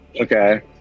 Okay